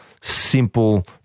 simple